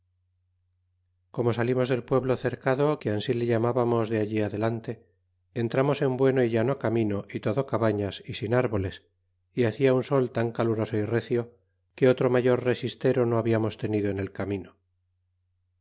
como salimos del pueblo cercado que ansi le llamábamos de allí adelante entramos en bueno y llano camino y todo cabañas y sin árboles y hacia un sol tan caluroso y recio que otro mayor resistero no habiamos tenido en el camino